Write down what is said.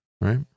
right